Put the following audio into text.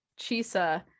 Chisa